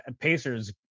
Pacers